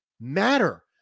matter